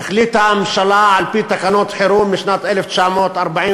החליטה הממשלה, על-פי תקנות חירום משנת 1945,